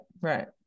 Right